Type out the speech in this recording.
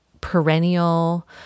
perennial